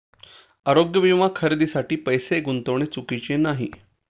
आरोग्य विमा खरेदीसाठी पैसे गुंतविणे चुकीचे नाही